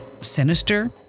sinister